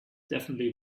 definitely